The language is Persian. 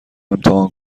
امتحان